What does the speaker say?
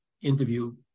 interview